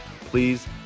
please